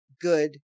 good